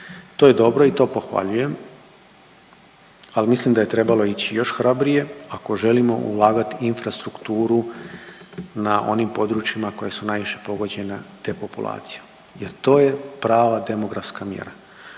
To je dobro i to pohvaljujem, ali mislim da je trebalo ići još hrabrije ako želimo ulagati infrastrukturu na onim područjima koja su najviše pogođena te populacije jer to je prava demografska mjera.